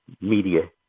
media